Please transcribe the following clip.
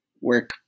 work